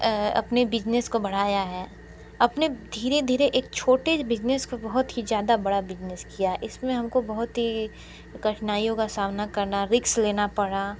अपने बिजनेस को बढ़ाया है अपने धीरे धीरे एक छोटे बिजनेस को बहुत ही ज़्यादा बड़ा बिजनेस किया है इसमें हमको बहुत ही कठिनाइयों का सामना करना रिस्क लेना पड़ा